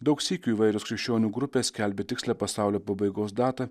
daug sykių įvairios krikščionių grupės skelbė tikslią pasaulio pabaigos datą